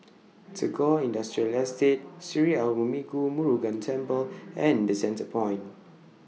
Tagore Industrial Estate Sri Arulmigu Murugan Temple and The Centrepoint